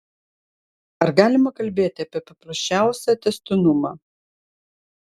ar galima kalbėti apie paprasčiausią tęstinumą